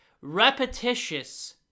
repetitious